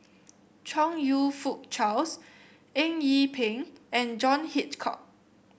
Chong You Fook Charles Eng Yee Peng and John Hitchcock